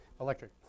electric